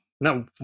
no